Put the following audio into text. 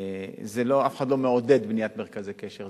אף אחד לא מעודד בניית מרכזי קשר.